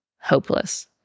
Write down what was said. hopeless